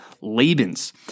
Laban's